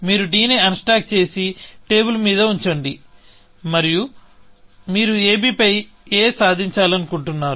మీరు d ని unstack చేసి టేబుల్ మీద ఉంచండి మరియు మీరు ab పై a సాధించాలనుకుంటున్నారు